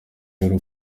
y’u